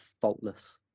faultless